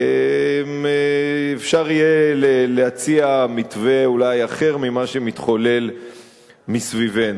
אפשר יהיה להציע מתווה אולי אחר ממה שמתחולל מסביבנו.